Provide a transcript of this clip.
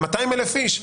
ל-200,000 איש,